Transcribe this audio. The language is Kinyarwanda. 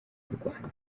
rwanda